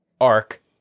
arc